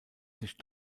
sich